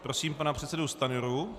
Prosím pana předsedu Stanjuru.